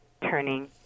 turning